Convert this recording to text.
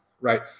right